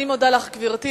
אני מודה לך, גברתי.